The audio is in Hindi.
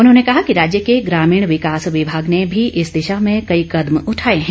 उन्होंने कहा कि राज्य के ग्रामीण विकास विभाग ने भी इस दिशा में कई कदम उठाए है